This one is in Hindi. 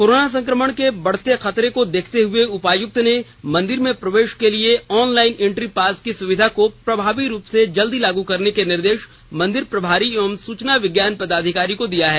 कोरोना संक्रमण के बढ़ते खतरे को देखते हए उपायुक्त ने मंदिर में प्रवेश के लिए ऑनलाइन एंट्री पास की सुविधा को प्रभावी रूप से जल्द लागू करने निर्देश मंदिर प्रभारी एवं सूचना विज्ञान पदाधिकारी को दिया हैं